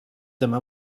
dyma